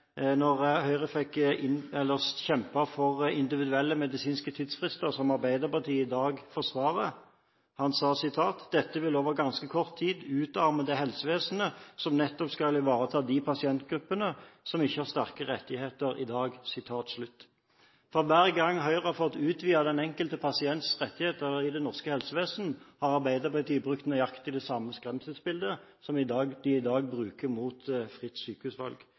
dag forsvarer: «Det vil over ganske kort tid utarme det helsevesenet som nettopp skal ivareta de pasientgruppene som ikke har så sterke rettigheter i dag.» For hver gang Høyre har fått utvidet den enkelte pasients rettigheter i det norske helsevesen, har Arbeiderpartiet brukt nøyaktig det samme skremselsbildet som de i dag bruker mot fritt sykehusvalg.